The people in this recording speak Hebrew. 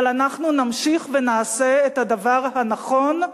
אבל אנחנו נמשיך ונעשה את הדבר הנכון,